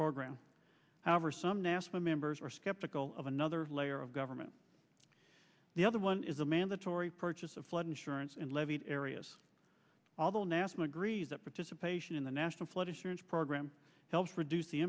program however some national members are skeptical of another layer of government the other one is a mandatory purchase of flood insurance and levied areas although nasa agrees that participation in the national flood insurance program helps reduce the